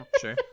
sure